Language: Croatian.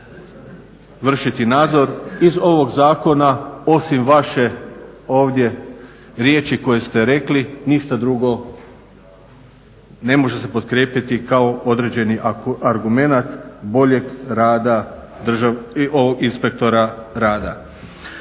vršiti nadzor iz ovog zakona osim vaše ovdje riječi koje ste rekli ništa drugo ne može se potkrijepiti kao određeni argumenat boljeg rada i inspektora rada.